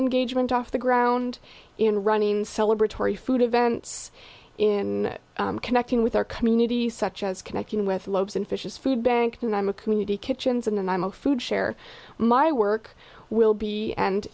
engagement off the ground in running celebrate tory food events in connecting with our community such as connecting with loaves and fishes food bank and i'm a community kitchens and i'm a food share my work will be and